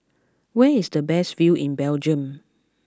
where is the best view in Belgium